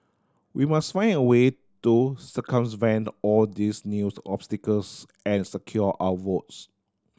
we must find a way to all these new obstacles and secure our votes